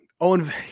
Owen